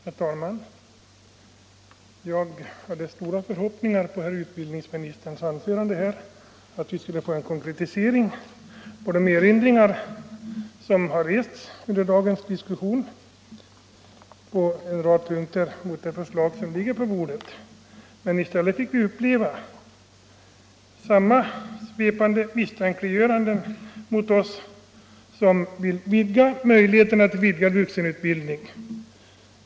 Herr talman! Jag hade vissa förhoppningar på herr utbildningsministerns anförande. Jag trodde vi skulle få en konkretisering av de erinringar, som under dagens diskussion har rests på en rad punkter i den föreliggande propositionen. I stället fick vi uppleva ett svepande misstänkliggörande av oss som vill utsträcka möjligheterna till vidgad vuxenutbildning.